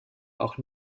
auch